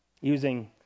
using